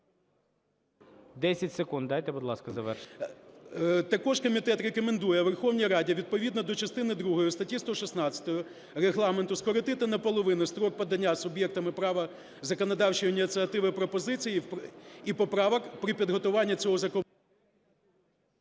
10 секунд дайте, будь ласка, завершити. РАДУЦЬКИЙ М.Б. Також комітет рекомендує Верховній Раді відповідно до частини другої статті 116 Регламенту скоротити наполовину строк подання суб'єктами права законодавчої ініціативи пропозицій і поправок при підготуванні цього… ГОЛОВУЮЧИЙ.